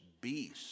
beast